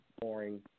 boring